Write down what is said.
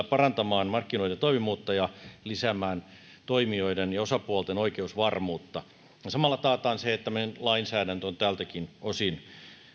parantamaan markkinoiden toimivuutta ja lisäämään toimijoiden ja osapuolten oikeusvarmuutta ja samalla taataan se että meidän lainsäädäntö on tältäkin osin